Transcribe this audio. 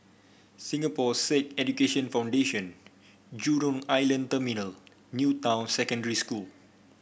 Singapore Sikh Education Foundation Jurong Island Terminal New Town Secondary School